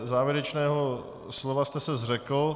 Závěrečného slova jste se zřekl.